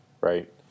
right